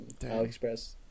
AliExpress